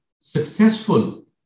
successful